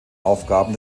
aufgaben